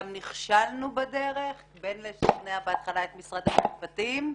גם נכשלנו בדרך בין לשכנע בהתחלה את משרד המשפטים,